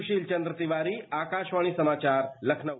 सुशील चन्द्र तिवारी आकाशवाणी समाचार लखनऊ